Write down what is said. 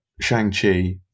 Shang-Chi